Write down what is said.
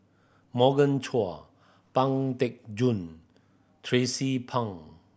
Morgan Chua Pang Teck Joon Tracie Pang